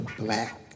black